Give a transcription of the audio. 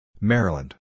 Maryland